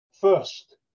First